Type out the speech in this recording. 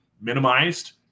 minimized